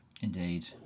Indeed